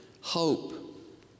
hope